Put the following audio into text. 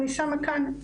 אני שמה כאן,